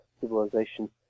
civilization